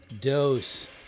dose